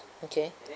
okay